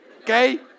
Okay